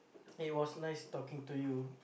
it was nice talking to you